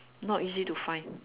not easy to find